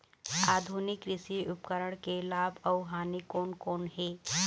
आधुनिक कृषि उपकरण के लाभ अऊ हानि कोन कोन हे?